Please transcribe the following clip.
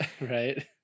Right